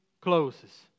closes